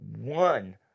one